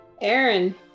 Aaron